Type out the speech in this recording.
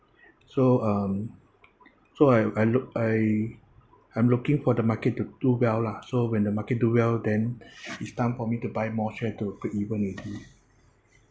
so um so I I look~ I I'm looking for the market to do well lah so when the market do well then it's time for me to buy more share to break even already